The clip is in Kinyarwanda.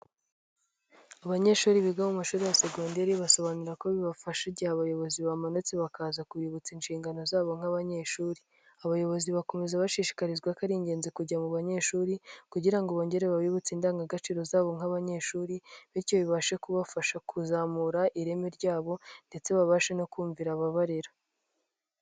Abanyeshuri biga mu mashuri ya segonderi basobanura ko bibafasha igihe abayobozi bamanutse bakaza kubibutsa inshingano zabo nk'abanyeshuri, abayobozi bakomeza bashishikarizwa ko ari ingenzi kujya mu banyeshuri kugira ngo bongere babibuze indangagaciro zabo nk'abanyeshuri bityo bibashe kubafasha kuzamura ireme ryabo ndetse babashe no kumvira ababarera.